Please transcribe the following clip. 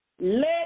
Let